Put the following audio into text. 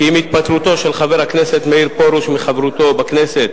כי עם התפטרותו של חבר הכנסת מאיר פרוש מחברותו בכנסת